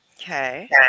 Okay